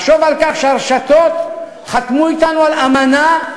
לחשוב על כך שהרשתות חתמו אתנו על אמנה,